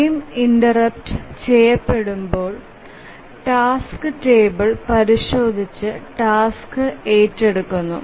frame interrupt ചെയ്യപ്പെടുമ്പോൾ task table പരിശോധിച്ച് task ഏറ്റെടുക്കുന്നു